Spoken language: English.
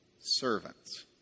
servants